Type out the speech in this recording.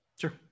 Sure